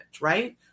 right